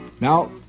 Now